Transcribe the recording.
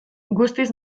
guztiz